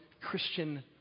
Christian